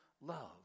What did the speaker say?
love